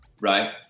right